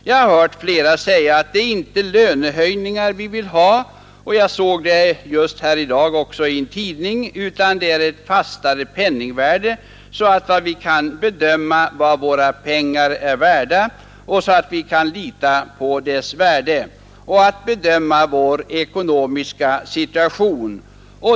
Jag har hört flera personer säga att det inte är lönehöjningar man vill ha — jag såg det också i en tidning i dag — utan man vill ha ett fastare penningvärde så att människorna kan bedöma vad deras pengar är värda och därmed bedöma sin ekonomiska situation.